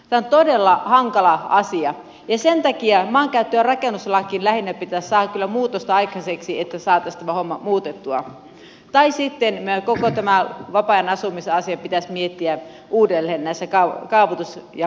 tämä on todella hankala asia ja sen takia maankäyttö ja rakennuslakiin lähinnä pitäisi saada kyllä muutosta aikaiseksi että saataisiin tämä homma muutettua tai sitten koko tämä vapaa ajan asumisasia pitäisi miettiä uudelleen näissä kaavoitus ja muissa asioissa